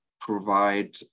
provide